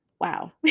Wow